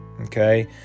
okay